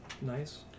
Nice